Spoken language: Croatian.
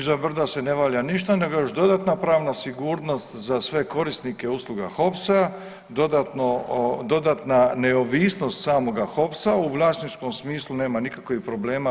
Iza brda se ne valja ništa nego još dodatna pravna sigurnost za sve korisnike usluga HOPS-a dodatna neovisnost samoga HOPS-a u vlasničkom smislu nema nikakvih problema.